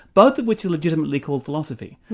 both of which are legitimately called philosophy.